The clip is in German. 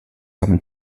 haben